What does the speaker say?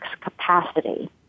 capacity